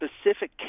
specific